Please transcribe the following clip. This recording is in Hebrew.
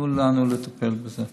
תנו לנו לטפל בזה.